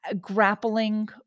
grappling